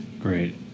Great